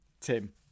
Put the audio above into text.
Tim